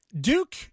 Duke